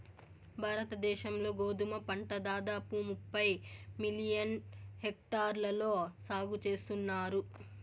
భారత దేశం లో గోధుమ పంట దాదాపు ముప్పై మిలియన్ హెక్టార్లలో సాగు చేస్తన్నారు